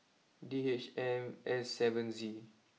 D H M S seven Z